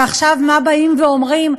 ועכשיו מה באים ואומרים?